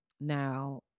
Now